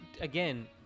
again